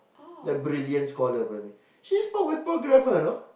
the brilliant scholar apperently she spoke with poor grammar you know